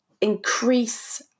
increase